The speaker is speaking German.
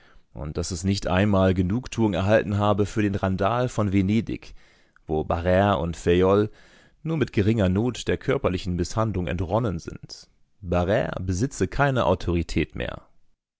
und daß es nicht einmal genugtuung erhalten habe für den randal von venedig wo barrre und fayolle nur mit geringer not der körperlichen mißhandlung entronnen sind barrre besitze keine autorität mehr